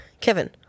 Kevin